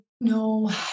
no